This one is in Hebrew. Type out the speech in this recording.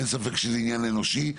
אין ספק שזה עניין אנושי,